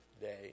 day